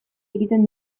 egiten